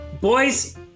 Boys